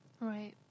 Right